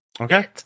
Okay